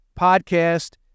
podcast